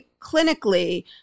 clinically